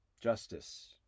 Justice